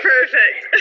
Perfect